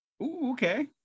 okay